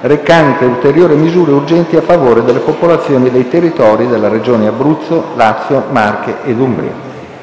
recante ulteriori misure urgenti a favore delle popolazioni dei territori delle Regioni Abruzzo, Lazio, Marche ed Umbria,